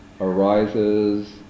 arises